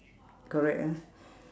correct ah